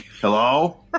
Hello